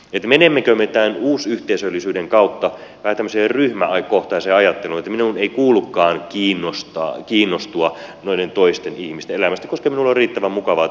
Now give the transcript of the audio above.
menemmekö me tämän uusyhteisöllisyyden kautta vähän tämmöiseen ryhmäkohtaiseen ajatteluun että minun ei kuulukaan kiinnostua noiden toisten ihmisten elämästä koska minulla on riittävän mukavaa tässä omassa yhteisössä